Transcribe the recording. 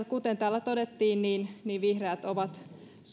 kuten täällä todettiin vihreät ovat